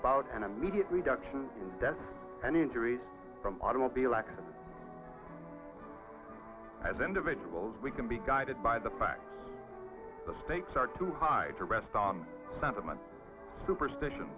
about an immediate reduction in deaths and injuries from automobile accident as individuals we can be guided by the fact the states are too high to rest on sentiment superstitio